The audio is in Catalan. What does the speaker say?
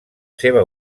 seva